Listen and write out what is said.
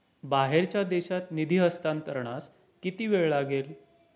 बाहेरच्या देशात निधी हस्तांतरणास किती वेळ लागेल?